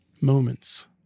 moments